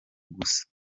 gusa